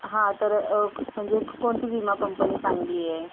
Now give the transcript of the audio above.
हां तर म्हणजे कोणती विमा कंपनी चांगली आहे